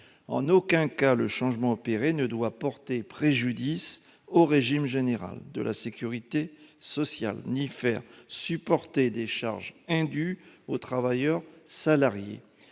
En aucun cas, le changement opéré ne doit porter préjudice au régime général de la sécurité sociale, ni faire supporter des charges indues aux travailleurs salariés.